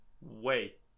wait